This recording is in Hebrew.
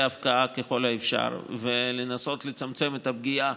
ההפקעה ככל האפשר ולנסות לצמצם את הפגיעה